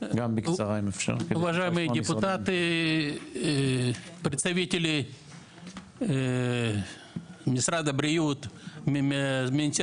אחראית על זה במשרד הבריאות דר'